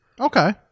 Okay